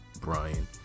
Brian